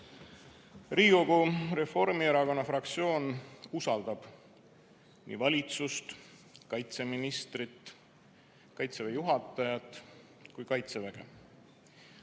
Riigikogu Reformierakonna fraktsioon usaldab nii valitsust, kaitseministrit, Kaitseväe juhatajat kui ka Kaitseväge.